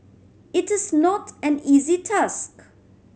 it is not an easy task